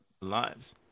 lives